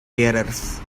wearers